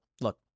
Look